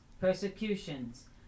persecutions